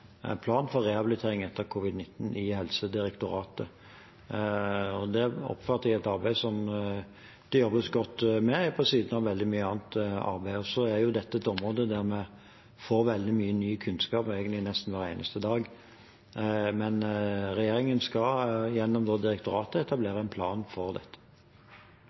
plan for rehabilitering etter covid-19. Det oppfatter jeg at det jobbes godt med, ved siden av veldig mye annet arbeid. Dette er et område der vi får veldig mye ny kunnskap, egentlig nesten hver eneste dag. Men regjeringen skal gjennom direktoratet etablere en plan for dette.